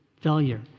failure